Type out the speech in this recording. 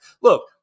Look